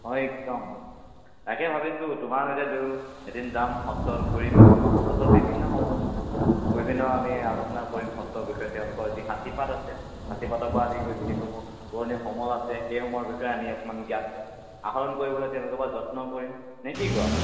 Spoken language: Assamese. অঁ একদম তাকে ভাবিছোঁ তোমাৰ সৈতে দুয়ো এদিন যাম সত্ৰত ঘূৰিম সত্ৰত বিভিন্ন সময়ত বিভিন্ন আমি আলোচনা কৰিম সত্ৰৰ বিষয়ে তেওঁলোকৰ যি সাঁচীপাত আছে সাঁচীপাতৰ পৰা আদি কৰি যিসমূহ পুৰণি সমল আছে সেই সমূয়ৰ বিষয়ে আমি অকমান জ্ঞাত আহৰণ কৰিবলৈ তেওঁলোকৰ পৰা যত্ন কৰিম নে কি কোৱা